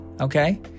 okay